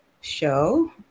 show